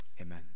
Amen